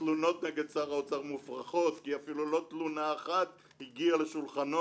התלונות נגד שר האוצר מופרכות כי אפילו לא תלונה אחת הגיעה לשולחנו,